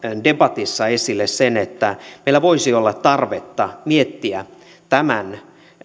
debatissa esille sen että meillä voisi olla tarvetta miettiä tämän